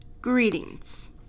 greetings